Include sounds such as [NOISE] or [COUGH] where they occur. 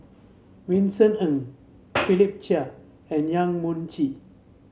Vincent Ng [NOISE] Philip Chia and Yong Mun Chee